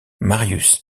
marius